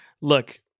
look